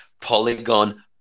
Polygon